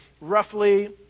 roughly